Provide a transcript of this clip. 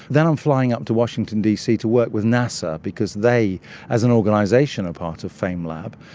then i'm flying up to washington dc to work with nasa because they as an organisation are part of famelab.